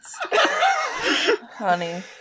Honey